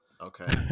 okay